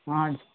हजुर